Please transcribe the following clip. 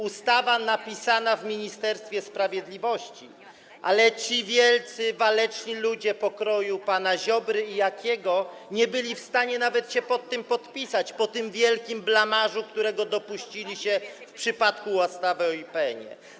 Ustawa została napisana w Ministerstwie Sprawiedliwości, ale ci wielcy, waleczni ludzie pokroju pana Ziobry i Jakiego nie byli w stanie nawet pod tym się podpisać po tym wielkim blamażu, jakiego dopuścili się w przypadku ustawy o IPN.